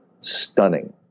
stunning